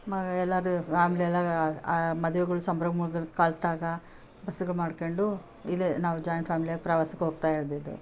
ಮಗ ಎಲ್ಲರು ಫ್ಯಾಮ್ಲಿ ಎಲ್ಲ ಮದ್ವೆಗಳು ಸಂಭ್ರಮಗಳಲ್ಲಿ ಕಲೆತಾಗ ಬಸ್ಸುಗ ಮಾಡ್ಕೊಂಡು ಇಲ್ಲೇ ನಾವು ಜಾಯಿಂಟ್ ಫ್ಯಾಮ್ಲಿ ಆಗಿ ನಾವು ಪ್ರವಾಸಕ್ಕೆ ಹೋಗ್ತಾ ಇದ್ದಿದ್ದು